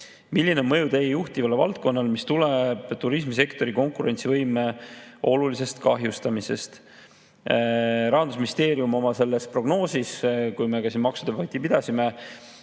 "Milline on mõju Teie juhitavale valdkonnale, mis tuleneb turismisektori konkurentsivõime olulisest kahjustamisest?" Rahandusministeerium ei prognoosinud oma prognoosis, kui me siin maksudebatti pidasime,